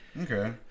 Okay